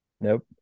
Nope